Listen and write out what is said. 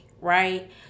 Right